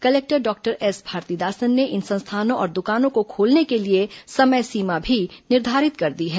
collector doctor S Bharathidasan ने इन संस्थानों और द्कानों को खोलने के लिए समय सीमा भी निर्धारित कर दिया है